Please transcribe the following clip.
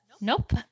Nope